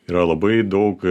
yra labai daug